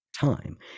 time